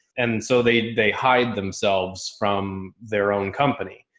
and so they, they hide themselves from their own company.